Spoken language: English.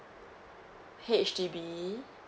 H_D_B